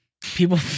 People